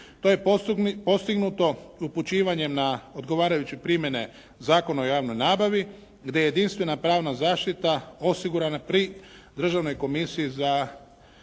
To je postignuto upućivanjem na odgovarajuće primjene Zakona o javnoj nabavi, gdje je jedinstvena pravna zaštita osigurana pri državnoj komisiji za